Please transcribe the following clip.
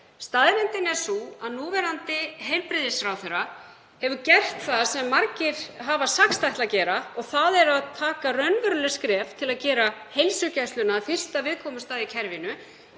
Staðreyndin er sú að núverandi heilbrigðisráðherra hefur gert það sem margir hafa sagst ætla að gera og það er að taka raunveruleg skref til að gera heilsugæsluna að fyrsta viðkomustað í kerfinu,